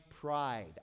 pride